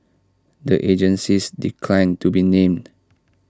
the agencies declined to be named